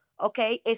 okay